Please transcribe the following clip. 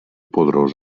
poderós